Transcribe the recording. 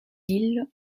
îles